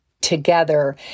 together